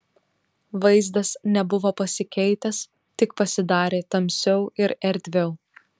vaizdas nebuvo pasikeitęs tik pasidarė tamsiau ir erdviau